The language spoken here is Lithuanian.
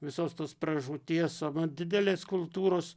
visos tos pražūties anot didelės kultūros